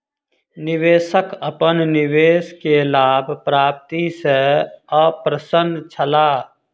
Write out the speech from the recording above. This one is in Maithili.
निवेशक अपन निवेश के लाभ प्राप्ति सॅ अप्रसन्न छला